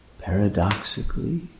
Paradoxically